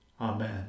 Amen